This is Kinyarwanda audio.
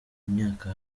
imyaka